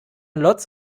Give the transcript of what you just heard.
lots